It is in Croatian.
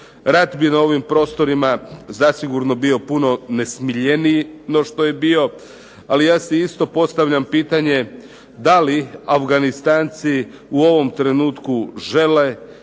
Rat bi na ovim prostorima zasigurno bio puno nesmiljeniji no što je bio. Ali ja si isto postavljam pitanje da li Afganistanci u ovom trenutku žele